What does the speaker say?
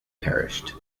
perished